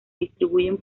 distribuyen